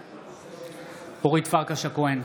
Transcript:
בעד אורית פרקש הכהן,